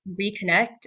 reconnect